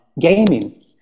Gaming